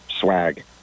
swag